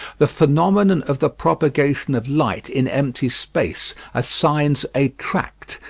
the phenomenon of the propagation of light in empty space assigns a tract,